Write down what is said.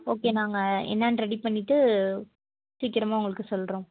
okay நாங்கள் என்னென்னு ready பண்ணிவிட்டு சீக்கிரமாக உங்களுக்கு சொல்கிறோம்